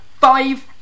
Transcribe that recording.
Five